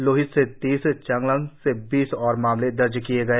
लोहित जिले से तीस चांगलांग से बीस और मामले दर्ज किए गए